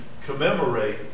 commemorate